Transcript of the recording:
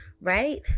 Right